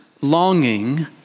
longing